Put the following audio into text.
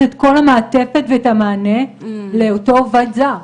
את כל המעטפת ואת המענה לאותו עובד זר.